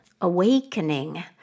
awakening